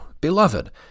beloved